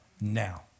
now